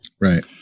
Right